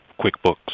QuickBooks